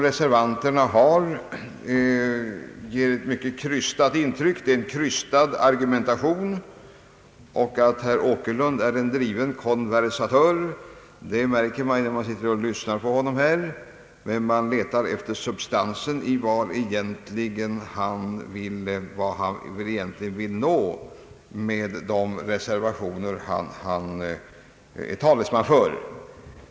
Reservanternas skrivning och argumentation ger ett mycket krystat intryck. Att herr Åkerlund är en driven konversatör märker man när man lyssnar på honom, men man letar efter substansen i vad han egentligen vill nå med de reservationer som han är talesman för.